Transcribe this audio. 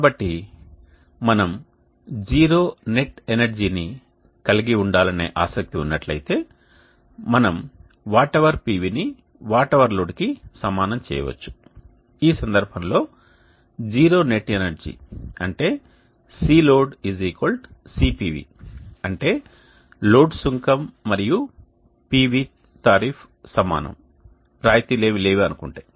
కాబట్టి మనం zero net ఎనర్జీని కలిగి ఉండాలనే ఆసక్తి ఉన్నట్లయితే మనం వాట్ అవర్ PVని వాట్ అవర్ లోడ్కి సమానం చేయవచ్చు ఈ సందర్భంలో జీరో నెట్ ఎనర్జీ అంటే CLoad CPV అంటే లోడ్ సుంకం మరియు PV టారిఫ్ సమానం రాయితీలు ఏవీ లేవు అనుకుంటే